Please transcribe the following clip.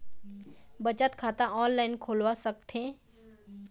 बचत खाता ऑनलाइन खोलवा सकथें?